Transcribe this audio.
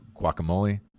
guacamole